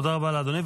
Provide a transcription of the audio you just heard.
תודה רבה לאדוני.